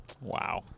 Wow